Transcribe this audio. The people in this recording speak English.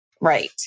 Right